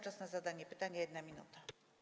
Czas na zadanie pytania - 1 minuta.